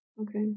Okay